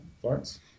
Florence